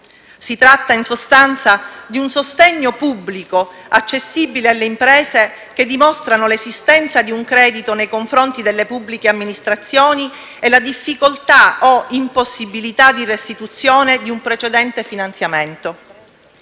Si tratta, in sostanza, di un sostegno pubblico accessibile alle imprese che dimostrano l'esistenza di un credito nei confronti delle pubbliche amministrazioni e la difficoltà o impossibilità di restituzione di un precedente finanziamento.